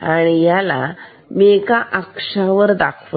ह्याला मी एकाच अक्षावर दाखवते